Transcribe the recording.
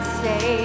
say